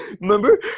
Remember